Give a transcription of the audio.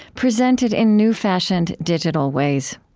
presented in new-fashioned digital ways.